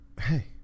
Hey